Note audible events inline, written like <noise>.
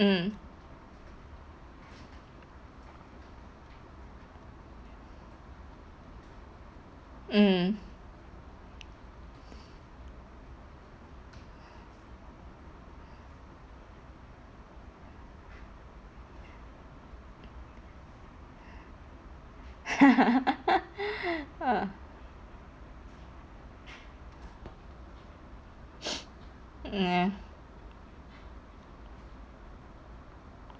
mm mm <breath> <laughs> <breath> ya